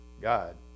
God